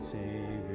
Savior